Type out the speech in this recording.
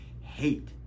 hate